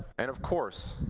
and, of course,